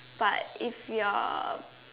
but if you're